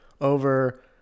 over